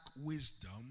wisdom